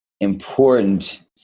important